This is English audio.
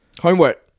Homework